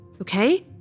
okay